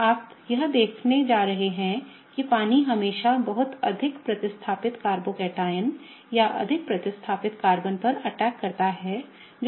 तो आप यह देखने जा रहे हैं कि पानी हमेशा बहुत अधिक प्रतिस्थापित कार्बोकैटायन या अधिक प्रतिस्थापित कार्बन पर अटैक करता है जो रिएक्शन में बन सकता है